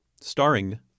Starring